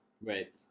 Right